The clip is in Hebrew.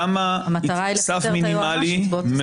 המטרה היא לפטר את היועצת המשפטית.